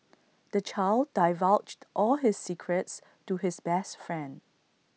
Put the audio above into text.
the child divulged all his secrets to his best friend